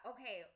Okay